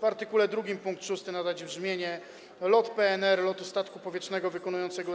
W art. 2 pkt 6 nadać brzmienie: „lot PNR - lot statku powietrznego wykonującego